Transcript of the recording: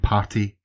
Party